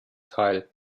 teil